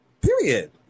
Period